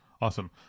Awesome